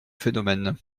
phénomène